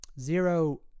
zero